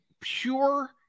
pure